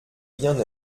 bien